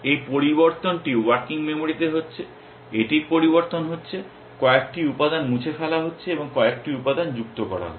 এই পরিবর্তনটি ওয়ার্কিং মেমরিতে হচ্ছে এটির পরিবর্তন হচ্ছে কয়েকটি উপাদান মুছে ফেলা হচ্ছে এবং কয়েকটি উপাদান যুক্ত করা হচ্ছে